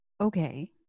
okay